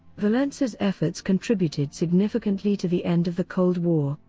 walesa's efforts contributed significantly to the end of the cold war,